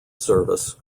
service